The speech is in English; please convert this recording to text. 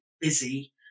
busy